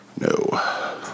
No